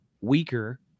weaker